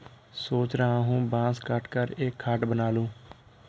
सोच रहा हूं बांस काटकर एक खाट बना लूं